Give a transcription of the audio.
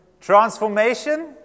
Transformation